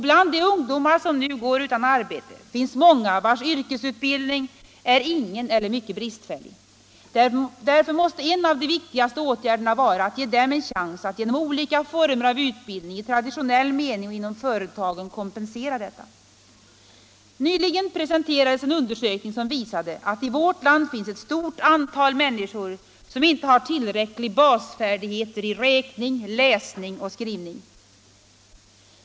Bland de ungdomar som nu går utan arbete finns många vilkas yrkesutbildning är ingen eller bristfällig. Därför måste en av de viktigaste åtgärderna vara att ge dem en chans att genom olika former av utbildning i traditionell mening och inom företagen kompensera detta. Nyligen presenterades en undersökning som visade att i vårt land finns ett stort antal människor som inte har tillräckliga basfärdigheter i räkning, läsning och skrivning.